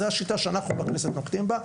זו השיטה שאנחנו בכנסת נוקטים בה,